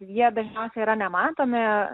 jie dažniausiai yra nematomi